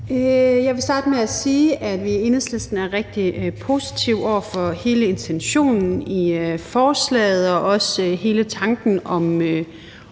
Jeg vil starte med at sige, at vi i Enhedslisten er rigtig positive over for hele intentionen i forslaget og også hele tanken om